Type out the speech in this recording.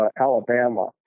Alabama